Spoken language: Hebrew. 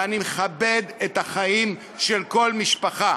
ואני מכבד את החיים של כל משפחה,